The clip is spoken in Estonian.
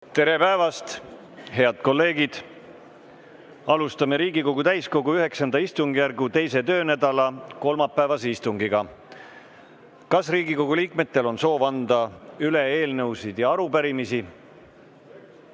Tere päevast, head kolleegid! Alustame Riigikogu täiskogu IX istungjärgu 2. töönädala kolmapäevast istungit. Kas Riigikogu liikmetel on soovi anda üle eelnõusid ja arupärimisi?